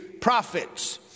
prophets